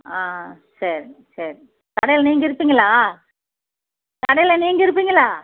ஆ சரி சரி கடையில் நீங்கள் இருப்பீங்களா கடையில் நீங்கள் இருப்பீங்களா